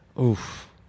Oof